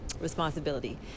responsibility